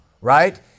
right